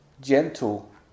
gentle